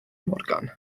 morgan